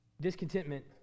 Discontentment